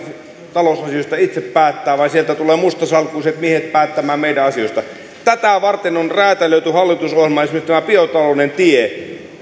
talousasioista itse päättää vaan sieltä tulevat mustasalkkuiset miehet päättämään meidän asioista tätä varten on räätälöity hallitusohjelmaan esimerkiksi tämä biotalouden tie